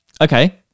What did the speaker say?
Okay